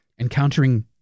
encountering